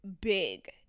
big